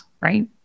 right